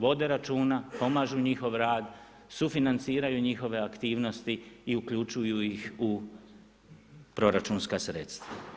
Vode računa, pomažu njihov rad, sufinanciraju njihove aktivnosti i uključuju ih u proračunska sredstva.